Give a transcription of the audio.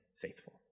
faithful